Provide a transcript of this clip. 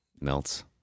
Melts